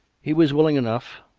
he was willing enough,